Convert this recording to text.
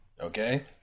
Okay